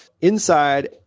Inside